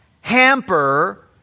hamper